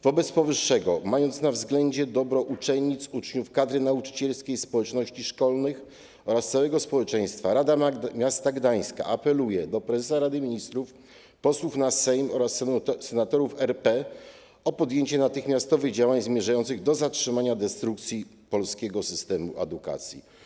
Wobec powyższego, mając na względzie dobro uczennic, uczniów, kadry nauczycielskiej, społeczności szkolnych oraz całego społeczeństwa, Rada Miasta Gdańska apeluje do prezesa Rady Ministrów, posłów na Sejm oraz senatorów RP o podjęcie natychmiastowych działań zmierzających do zatrzymania destrukcji polskiego systemu edukacji.